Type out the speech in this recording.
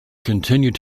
continued